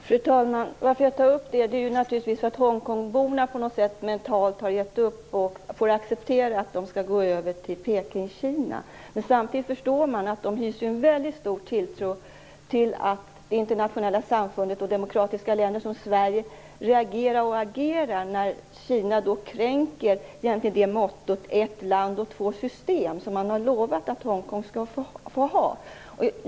Fru talman! Anledningen till att jag tar upp den här frågan är att Hongkongborna på något vis mentalt har gett upp och att de får acceptera att de skall gå över till Pekingkina. Samtidigt förstår man att de hyser en väldigt stor tilltro till att det internationella samfundet och demokratiska länder som Sverige reagerar och agerar när Kina kränker Hongkong genom att gå emot det motto, ett land två system, som Kina har lovat att Hongkong skall få ha.